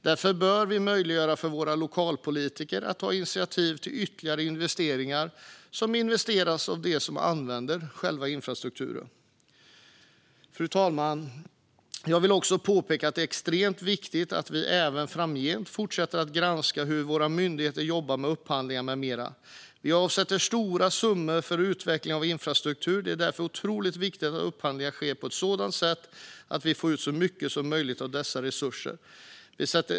Därför bör vi möjliggöra för våra lokalpolitiker att ta initiativ till ytterligare investeringar som finansieras av dem som använder själva infrastrukturen. Fru talman! Jag vill också påpeka att det är extremt viktigt att vi även framgent fortsätter att granska hur våra myndigheter jobbar med upphandlingar med mera. Vi avsätter stora summor för utveckling av infrastruktur. Det är därför otroligt viktigt att upphandlingar sker på ett sådant sätt att vi får ut så mycket som möjligt av dessa resurser.